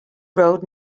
road